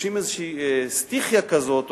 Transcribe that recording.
שדורשים איזו סטיכיה כזאת,